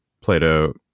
Plato